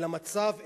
אל המצב אצלנו,